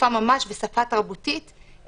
שפה ממש ושפה תרבותית,